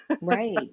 Right